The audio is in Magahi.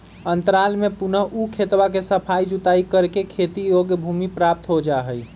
अंतराल में पुनः ऊ खेतवा के सफाई जुताई करके खेती योग्य भूमि प्राप्त हो जाहई